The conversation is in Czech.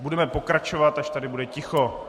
Budeme pokračovat, až tady bude ticho.